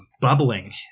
bubbling